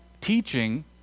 teaching